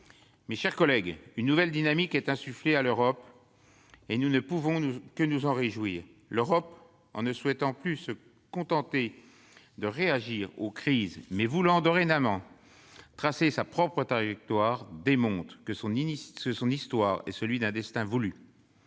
de réajustement. Une nouvelle dynamique est insufflée à l'Europe. Nous ne pouvons que nous en réjouir. L'Europe ne souhaite plus se contenter de réagir aux crises ; elle veut dorénavant tracer sa propre trajectoire. Cela démontre que son histoire est celle d'un destin voulu.